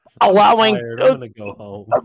Allowing